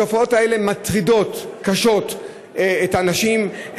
התופעות האלה מטרידות את האנשים,